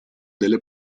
delle